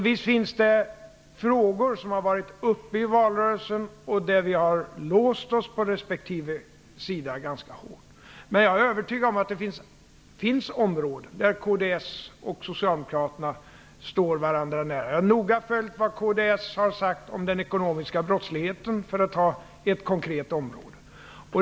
Visst hade vi på respektive sidor låst oss ganska hårt i vissa frågor under valrörelsen, men jag är övertygad om att det finns områden där kds och Socialdemokraterna står varandra nära. Jag har noga följt vad kds har sagt om den ekonomiska brottsligheten, för att ta ett konkret område.